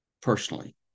personally